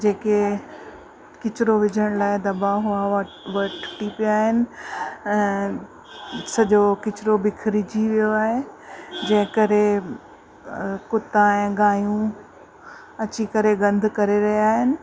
जेके किचरो विझण लाइ दॿा हुआ उहा उहा टुटी पिया आहिनि ऐं सॼो किचरो बिखरिजी वियो आहे जंहिं करे कुता ऐं गायूं अची करे गंद करे विया आहिनि